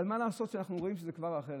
אבל מה לעשות שאנחנו רואים שזה כבר אחרת?